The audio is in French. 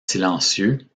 silencieux